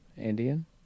indian